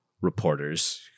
reporters